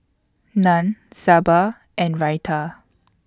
Naan Sambar and Raita